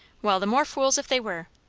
well, the more fools if they were.